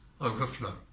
overflow